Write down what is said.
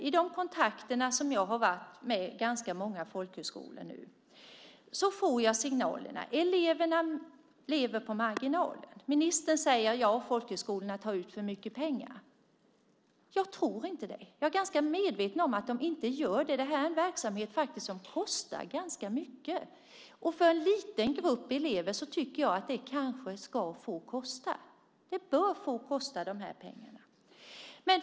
I de kontakter som jag har haft med ganska många folkhögskolor får jag signalerna att eleverna lever på marginalen. Ministern säger att folkhögskolorna tar ut för mycket pengar. Jag tror inte det. Jag är rätt medveten om att de inte gör det. Detta är en verksamhet som kostar ganska mycket. För en liten grupp elever ska det kanske få kosta. Det bör få kosta dessa pengar.